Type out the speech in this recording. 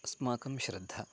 अस्माकं श्रद्धा